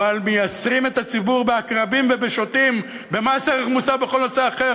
אבל מייסרים את הציבור בעקרבים ובשוטים במס ערך מוסף בכל נושא אחר,